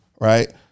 right